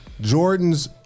jordans